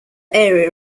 area